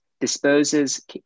disposes